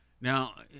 Now